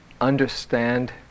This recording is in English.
understand